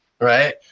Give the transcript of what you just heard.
right